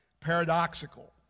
paradoxical